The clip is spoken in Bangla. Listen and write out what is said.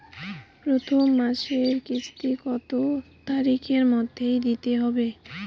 প্রথম মাসের কিস্তি কত তারিখের মধ্যেই দিতে হবে?